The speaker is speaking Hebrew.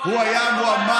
הוא היה מועמד,